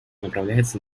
направляется